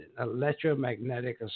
electromagnetic